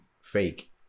fake